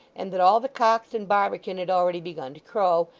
and that all the cocks in barbican had already begun to crow,